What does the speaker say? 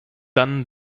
dann